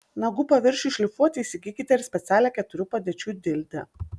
nagų paviršiui šlifuoti įsigykite ir specialią keturių padėčių dildę